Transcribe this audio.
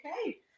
okay